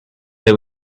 they